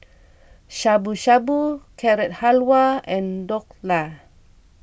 Shabu Shabu Carrot Halwa and Dhokla